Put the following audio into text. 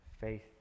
Faith